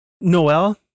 Noel